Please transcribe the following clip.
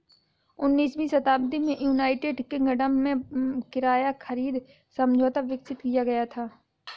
उन्नीसवीं शताब्दी में यूनाइटेड किंगडम में किराया खरीद समझौता विकसित किया गया था